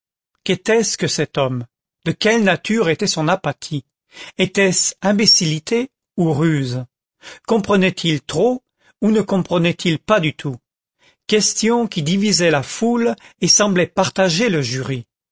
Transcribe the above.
qu'était-ce que cet homme de quelle nature était son apathie etait-ce imbécillité ou ruse comprenait-il trop ou ne comprenait-il pas du tout questions qui divisaient la foule et semblaient partager le